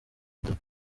gitabo